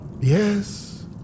Yes